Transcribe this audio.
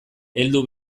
heldu